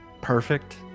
perfect